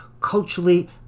culturally